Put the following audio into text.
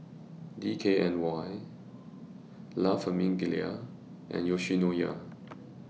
D K N Y La Famiglia and Yoshinoya